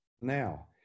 Now